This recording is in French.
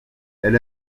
elle